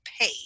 pay